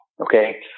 Okay